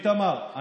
איתמר,